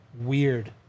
weird